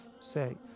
say